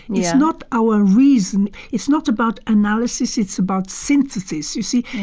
yeah not our reason. it's not about analysis. it's about synthesis, you see.